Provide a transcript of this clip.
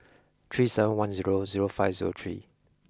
three seven one zero zero five zero three